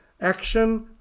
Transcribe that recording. action